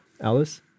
Alice